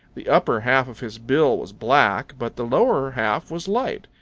the upper half of his bill was black, but the lower half was light.